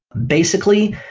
basically,